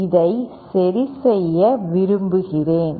இதை சரிசெய்ய விரும்புகிறேன்